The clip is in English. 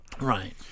Right